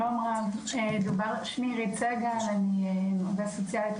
אני עובדת סוציאלית,